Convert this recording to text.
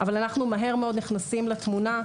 אבל אנחנו מהר מאוד נכנסים לתמונה,